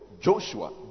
joshua